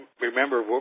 remember